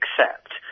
accept